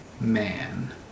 man